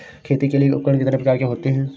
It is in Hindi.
खेती के लिए उपकरण कितने प्रकार के होते हैं?